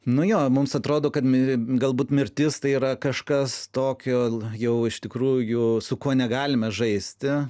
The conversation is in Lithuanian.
nu jo mums atrodo kad galbūt mirtis tai yra kažkas tokio jau iš tikrųjų su kuo negalime žaisti